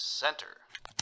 center